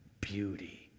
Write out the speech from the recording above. Beauty